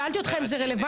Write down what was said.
שאלתי אותך אם זה רלוונטי,